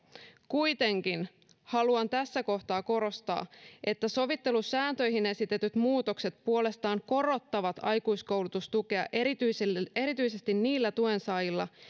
kuitenkin haluan tässä kohtaa korostaa että sovittelusääntöihin esitetyt muutokset puolestaan korottavat aikuiskoulutustukea erityisesti niillä tuensaajilla